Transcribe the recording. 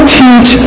teach